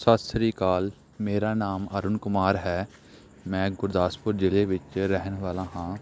ਸਤਿ ਸ਼੍ਰੀ ਅਕਾਲ ਮੇਰਾ ਨਾਮ ਅਰੁਣ ਕੁਮਾਰ ਹੈ ਮੈਂ ਗੁਰਦਾਸਪੁਰ ਜ਼ਿਲ੍ਹੇ ਵਿੱਚ ਰਹਿਣ ਵਾਲਾ ਹਾਂ